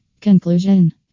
Conclusion